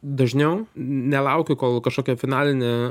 dažniau nelaukiu kol kažkokia finalinė